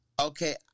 Okay